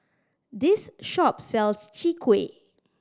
this shop sells Chwee Kueh